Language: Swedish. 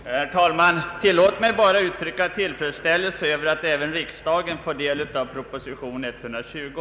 Herr talman! Tillåt mig bara uttrycka tillfredsställelse över att även riksdagen får del av proposition nr 120.